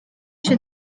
się